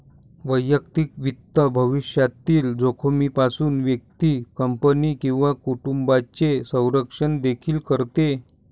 वैयक्तिक वित्त भविष्यातील जोखमीपासून व्यक्ती, कंपनी किंवा कुटुंबाचे संरक्षण देखील करते